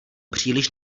příliš